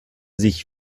sich